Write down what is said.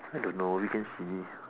I don't know we can see